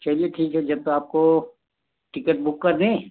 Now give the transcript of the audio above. चलिए ठीक है जब तो आपको टिकट बुक कर दें